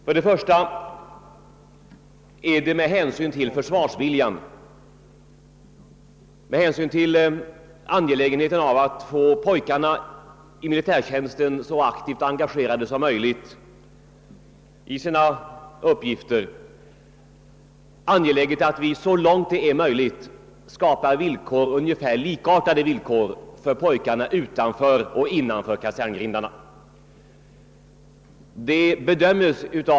För att få pojkarna i militärtjänsten aktivt engagerade för och positivt inställda till sina uppgifter ansågs det angeläget att så långt det är möjligt skapa ungefär likartade villkor för pojkarna utanför och innanför kaserngrindarna.